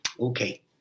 Okay